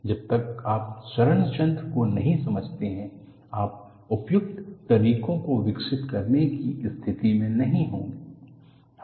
जब तक आप क्षरण तंत्र को नहीं समझते हैं आप उपयुक्त तरीकों को विकसित करने की स्थिति में नहीं होंगे